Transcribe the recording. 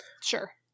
Sure